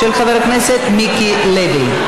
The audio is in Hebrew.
של חבר הכנסת מיקי לוי.